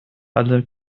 alle